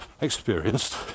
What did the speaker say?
experienced